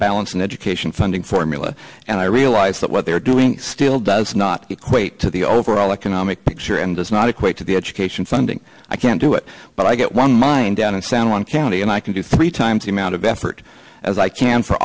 balance an education funding formula and i realize that what they're doing still does not equate to the overall economic picture and does not equate to the education funding i can't do it but i get one mine down in san juan county and i can do three times the amount of effort as i can for